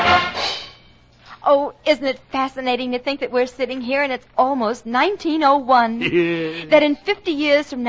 oh is that fascinating to think that we're sitting here and it's almost nineteen no one knew that in fifty years from now our parts will be played